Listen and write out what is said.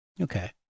Okay